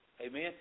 Amen